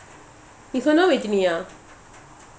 நீசொந்தமாவெட்டுணி:nee sondhama vetunia ah